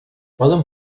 poden